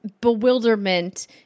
bewilderment